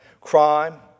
Crime